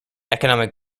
economic